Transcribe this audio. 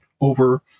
over